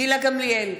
גילה גמליאל,